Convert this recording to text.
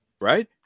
right